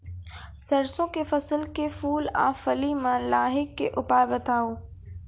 सरसों के फसल के फूल आ फली मे लाहीक के उपाय बताऊ?